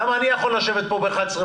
למה אני יכול לשבת פה ב-11:30?